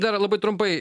dar labai trumpai